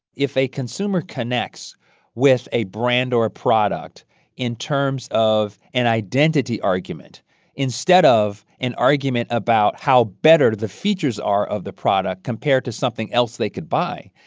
if a consumer connects with a brand or a product in terms of an identity argument instead of an argument about how better the features are of the product compared to something else they could buy,